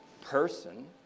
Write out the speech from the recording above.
person